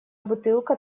бутылка